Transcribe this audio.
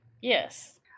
Yes